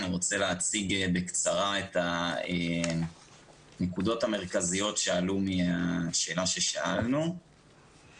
אני רוצה להציג בקצרה את הנקודות המרכזיות שעלו מהשאלה ששאלנו,